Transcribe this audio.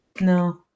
No